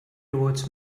towards